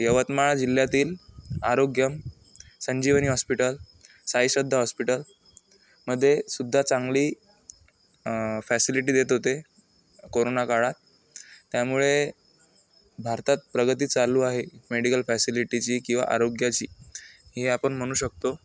यवतमाळ जिल्ह्यातील आरोग्यम् संजीवनी हॉस्पिटल साईश्रद्धा हॉस्पिटलमध्ये सुद्धा चांगली फॅसिलिटी देत होते कोरोनाकाळात त्यामुळे भारतात प्रगती चालू आहे मेडिकल फॅसिलिटीची किंवा आरोग्याची हे आपण म्हणू शकतो